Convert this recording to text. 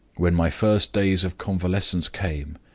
when my first days of convalescence came,